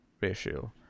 ratio